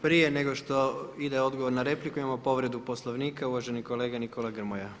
Prije nego što ide odgovor na repliku imamo povredu Poslovnika uvaženi kolega Nikola Grmoja.